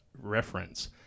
reference